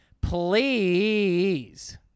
please